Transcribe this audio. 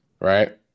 Right